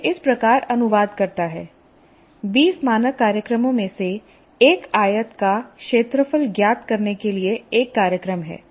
यह इस प्रकार अनुवाद करता है 20 मानक कार्यक्रमों में से एक आयत का क्षेत्रफल ज्ञात करने के लिए एक कार्यक्रम है